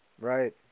Right